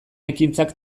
ekintzak